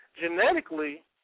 Genetically